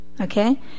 okay